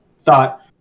thought